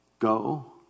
Go